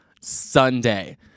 Sunday